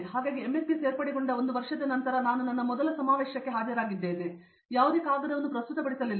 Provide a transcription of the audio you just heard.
ಹಾಗಾಗಿ ಎಂಎಸ್ಗೆ ಸೇರ್ಪಡೆಗೊಂಡ ಒಂದು ವರ್ಷದ ನಂತರ ನಾನು ನನ್ನ ಮೊದಲ ಸಮಾವೇಶಕ್ಕೆ ಹಾಜರಿದ್ದೇನೆ ಮತ್ತು ನಾನು ಯಾವುದೇ ಕಾಗದವನ್ನು ಪ್ರಸ್ತುತಪಡಿಸಲಿಲ್ಲ